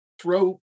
throw